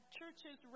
churches